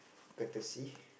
courtesy